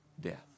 death